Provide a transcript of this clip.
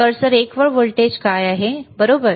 cursor एक वर voltage काय आहे बरोबर